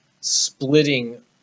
splitting